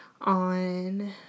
on